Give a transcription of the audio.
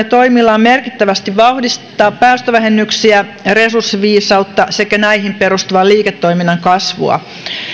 toimillaan merkittävästi vauhdittaa päästövähennyksiä ja resurssiviisautta sekä näihin perustuvan liiketoiminnan kasvua